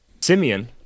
Simeon